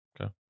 Okay